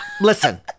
listen